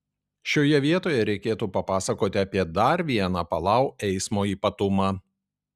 šioje vietoje reikėtų papasakoti apie dar vieną palau eismo ypatumą